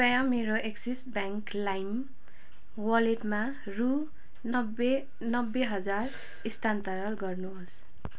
कृपया मेरो Axis bank Lime वालेटमा रु नब्बे नब्बे हजार स्थानान्तरण गर्नुहोस्